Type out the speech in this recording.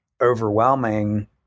overwhelming